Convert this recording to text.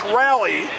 rally